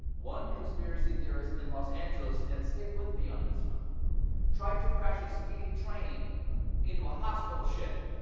one conspiracy theorist in los angeles and stick with me on this one tried to crash a speeding train into a hospital ship.